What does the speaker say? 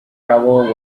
trouble